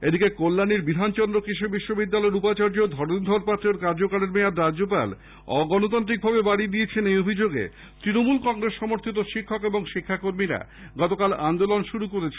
এদিকে কল্যাণীর বিধানচন্দ্র কৃষি বিশ্ববিদ্যালয়ের উপাচার্য ধরণীধর পাত্রের কার্যকালের মেয়াদ রাজ্যপাল অগণতান্ত্রিকভাবে বৃদ্ধি করেছেন এই অভিযোগে তৃণমূল কংগ্রেস সমর্থিত শিক্ষক এবং শিক্ষাকর্মীরা গতকাল আন্দোলন শুরু করেছেন